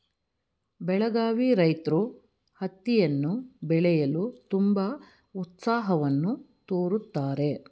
ಬೆಳಗಾವಿ ರೈತ್ರು ಹತ್ತಿಯನ್ನು ಬೆಳೆಯಲು ತುಂಬಾ ಉತ್ಸಾಹವನ್ನು ತೋರುತ್ತಾರೆ